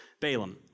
Balaam